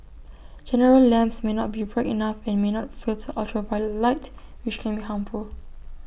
general lamps may not be bright enough and may not filter ultraviolet light which can be harmful